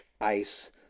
ice